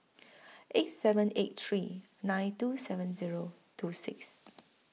eight seven eight three nine two seven Zero two six